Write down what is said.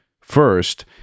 first